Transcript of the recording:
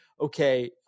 okay